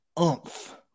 oomph